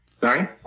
Sorry